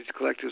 collectives